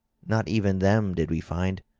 not even them did we find.